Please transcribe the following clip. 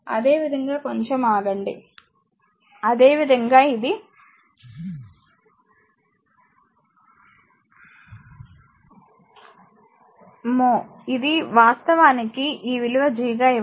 అదేవిధంగా కొంచం ఆగండి అదేవిధంగా ఇది mho ఇది వాస్తవానికి ఈ విలువ G గా ఇవ్వబడింది ఇది 0